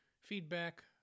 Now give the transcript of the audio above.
feedback